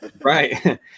right